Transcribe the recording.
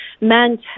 meant